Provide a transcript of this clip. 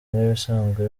nk’ibisanzwe